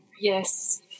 Yes